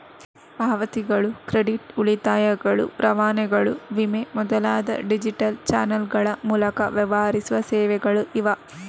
ಪಾವತಿಗಳು, ಕ್ರೆಡಿಟ್, ಉಳಿತಾಯಗಳು, ರವಾನೆಗಳು, ವಿಮೆ ಮೊದಲಾದ ಡಿಜಿಟಲ್ ಚಾನಲ್ಗಳ ಮೂಲಕ ವ್ಯವಹರಿಸುವ ಸೇವೆಗಳು ಇವೆ